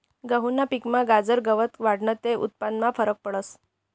गहूना पिकमा गाजर गवत वाढनं ते उत्पन्नमा फरक पडस